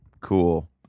cool